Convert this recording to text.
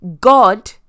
God